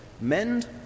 mend